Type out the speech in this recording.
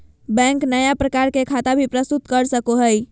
bank नया प्रकार के खता भी प्रस्तुत कर सको हइ